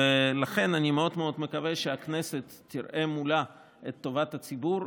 ולכן אני מאוד מאוד מקווה שהכנסת תראה מולה את טובת הציבור,